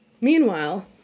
Meanwhile